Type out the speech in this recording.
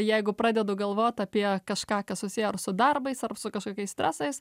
jeigu pradedu galvot apie kažką kas susiję ar su darbais ar su kažkokiais stresais